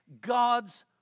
God's